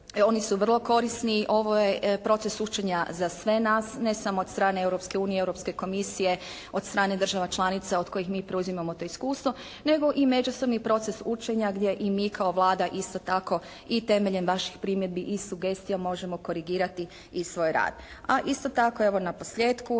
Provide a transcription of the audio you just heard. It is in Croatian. Oni su vrlo korisni. Ovo je proces učenja za sve nas ne samo od strane Europske unije, Europske komisije od strane država članica od kojih mi preuzimamo to iskustvo nego i međusobni proces učenja gdje i mi kao Vlada isto tako i temeljem vaših primjedbi i sugestija možemo korigirati i svoj rad. A isto tako evo naposljetku